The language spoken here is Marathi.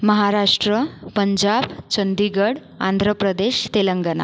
महाराष्ट्र पंजाब चंडीगड आंध्रप्रदेश तेलंगणा